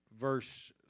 verse